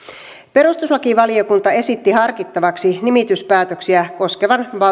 perustuslakivaliokunta esitti harkittavaksi nimityspäätöksiä koskevan